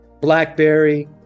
Blackberry